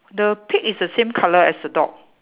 the pig is the same colour as the dog